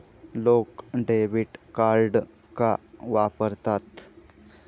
लोक debit card का वापरतात?